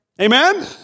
Amen